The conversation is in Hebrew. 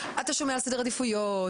אתה שומע סדר עדיפויות,